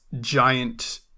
giant